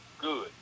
good